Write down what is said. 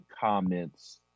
comments